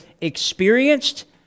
experienced